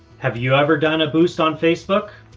have you ever done a boost on facebook?